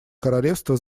королевства